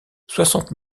soixante